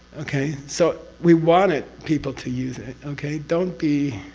okay? so, we wanted people to use it. okay? don't be.